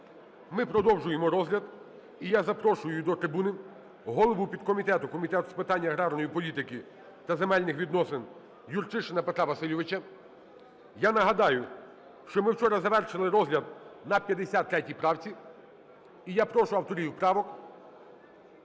Ми продовжуємо розгляд. І я запрошую до трибуни голову підкомітету Комітету з питань аграрної політики та земельних відносин Юрчишина Петра Васильовича. Я нагадаю, що ми вчора завершили розгляд на 53 правці. І я прошу авторів правок,